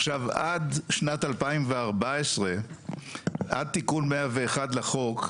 עכשיו, עד שנת 2014 עד תיקון 101 לחוק,